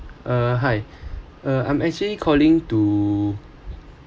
uh hi uh I'm actually calling to